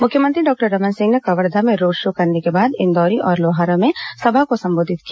मुख्यमंत्री डॉक्टर रमन सिंह ने कवर्धा में रोड शो करने के बाद इंदौरी और लोहारा में सभा को संबोधित किया